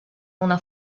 una